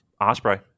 Osprey